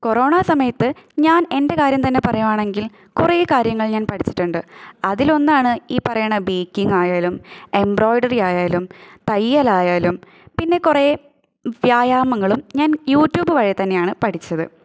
corona സമയത്ത് ഞാൻ എൻ്റെ കാര്യം തന്നെ പറയുവാണെങ്കിൽ കുറേ കാര്യങ്ങൾ ഞാൻ പഠിച്ചിട്ടുണ്ട് അതിൽ ഒന്നാണ് ഈ പറയുന്ന ബേക്കിംഗ് ആയാലും എംബ്രോയ്ഡറി ആയാലും തയ്യലായാലും പിന്നെ കുറേ വ്യായാമങ്ങളും ഞാൻ യൂട്യൂബ് വഴി തന്നെയാണ് പഠിച്ചത്